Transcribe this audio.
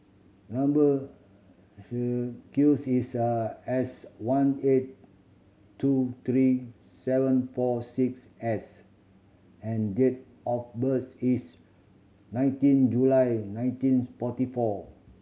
number is S one eight two three seven four six S and date of birth is nineteen July nineteen forty four